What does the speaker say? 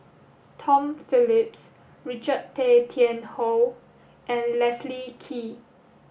Tom Phillips Richard Tay Tian Hoe and Leslie Kee